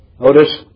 notice